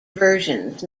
versions